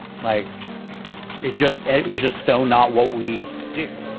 like it just it was just so not what we do.